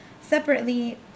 separately